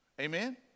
Amen